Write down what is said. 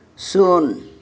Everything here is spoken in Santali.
ᱥᱩᱱ